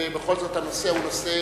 ובכל זאת הנושא הוא נושא